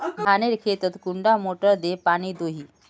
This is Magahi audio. धानेर खेतोत कुंडा मोटर दे पानी दोही?